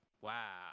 wow